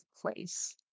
place